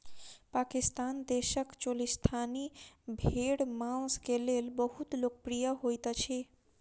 पाकिस्तान देशक चोलिस्तानी भेड़ मांस के लेल बहुत लोकप्रिय होइत अछि